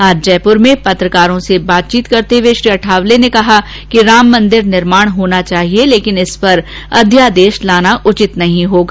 आज जयपुर में पत्रकारों से बातचीत करते हुए श्री अठावले ने कहा कि राम मंदिर निर्माण होना चाहिए लेकिन इस पर अध्यादेश लाना उचित नहीं होगा